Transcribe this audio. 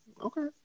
Okay